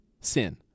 sin